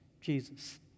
Jesus